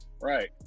Right